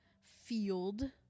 field